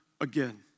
again